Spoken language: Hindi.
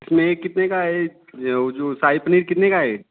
इसमें ये कितने का हे जो शाही पनीर कितने का है